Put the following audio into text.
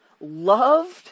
loved